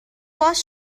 باز